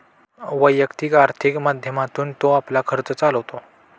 वैयक्तिक आर्थिक माध्यमातून तो आपला खर्च चालवतो